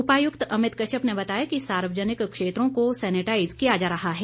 उपायुक्त अमित कश्यप ने बताया कि सार्वजनिक क्षेत्रों को सैनिटाईज किया जा रहा है